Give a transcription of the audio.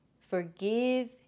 Forgive